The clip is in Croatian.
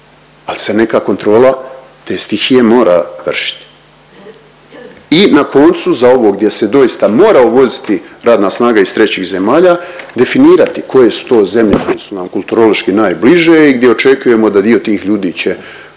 ali se neka kontrola te stihije mora vršit. I na koncu gdje se doista mora uvoziti radna snaga iz 3. zemalja, definirati koje su to zemlje koje su nam kulturološki najbliže i gdje očekujemo da dio tih ljudi će